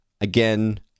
Again